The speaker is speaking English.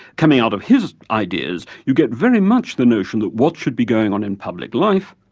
coming out of his ideas, you get very much the notion that what should be going on in public life,